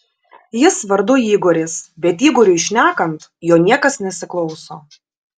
jis vardu igoris bet igoriui šnekant jo niekas nesiklauso